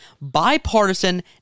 Bipartisan